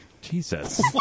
Jesus